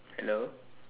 hello